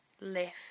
left